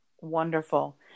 Wonderful